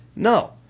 No